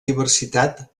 diversitat